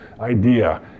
idea